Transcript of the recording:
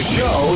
Show